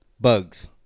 bugs